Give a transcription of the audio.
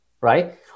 right